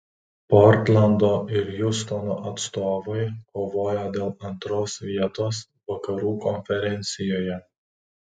portlando ir hjustono atstovai kovoja dėl antros vietos vakarų konferencijoje